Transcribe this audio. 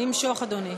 נמשוך, אדוני.